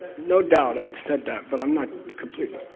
no doubt i'd said, that but i'm not completely.